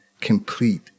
complete